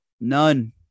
None